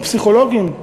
עם פסיכולוגים,